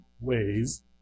ways